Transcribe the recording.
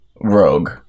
rogue